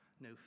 no